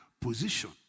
position